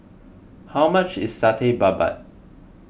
how much is Satay Babat